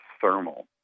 thermal